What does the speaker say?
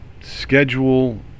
schedule